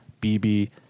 BB